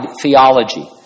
theology